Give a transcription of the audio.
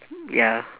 ya